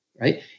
right